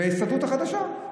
בהסתדרות החדשה.